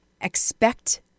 expect